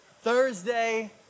Thursday